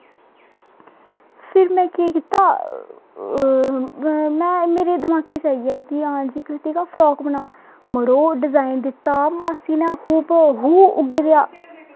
फिर में केह् कीता मेरे दमाका च आइया कि हां क्रितिकी फ्राक बना मड़ो डिज़ाइन दित्ता मासी नै हू बहू उ'ऐ जेहा